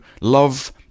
love